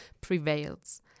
prevails